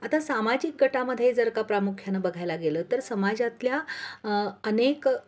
आता सामाजिक गटामध्ये जर का प्रामुख्यानं बघायला गेलं तर समाजातल्या अनेक